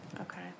Okay